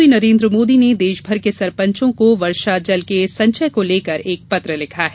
प्रधानमंत्री नरेन्द्र मोदी ने देशभर के सरपंचों को वर्षा जल के संचय को लेकर एक पत्र लिखा है